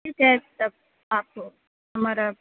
ٹھیک ہے تب آپ کو ہمارا